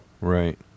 Right